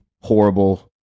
horrible